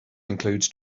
includes